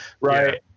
right